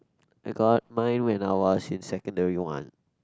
I got mine when I was in secondary one